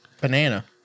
banana